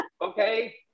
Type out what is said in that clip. Okay